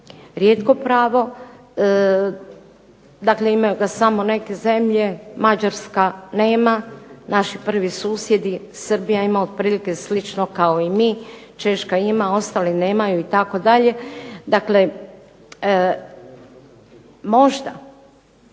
rijetko pravo dakle imaju ga samo neke zemlje. Mađarska nema, naši prvi susjedi, Srbija ima otprilike isto kao i mi, Češka ima ostali nemaju itd. Dakle možda,